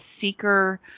seeker